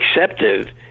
accepted